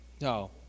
No